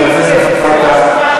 חבר הכנסת זחאלקה.